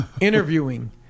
interviewing